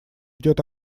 идет